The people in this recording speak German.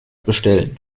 bestellen